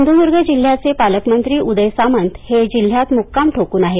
सिंधुदुर्ग जिल्ह्याचे पालक मंत्री उदय सामंत हे जिल्हयात मुक्काम ठोकून आहेत